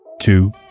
two